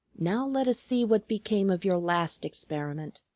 now let us see what became of your last experiment.